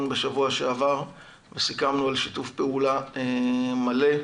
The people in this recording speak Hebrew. בשבוע שעבר וסיכמנו על שיתוף פעולה מלא,